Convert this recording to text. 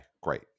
great